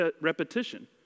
repetition